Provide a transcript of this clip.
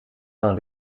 van